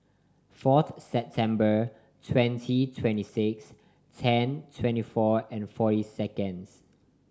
fourth September twenty twenty six ten twenty four and forty seconds